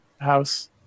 house